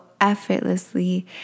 effortlessly